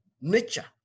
nature